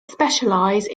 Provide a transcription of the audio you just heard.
specialise